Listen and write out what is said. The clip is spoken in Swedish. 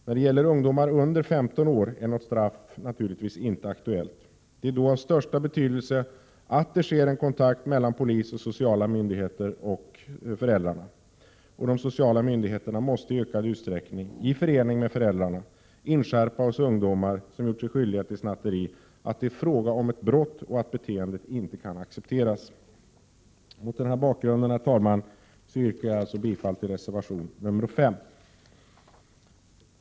När det gäller ungdomar under 15 år är något straff naturligtvis inte aktuellt. Det är då av största betydelse att det sker en kontakt mellan polis, sociala myndigheter och föräldrarna. De sociala myndigheterna måste i ökad utsträckning — i förening med föräldrarna-—-inskärpa hos ungdomar som gjort sig skyldiga till snatteri att det är fråga om ett brott och att beteendet inte kan accepteras. Mot denna bakgrund, herr talman, yrkar jag bifall till reservation 5.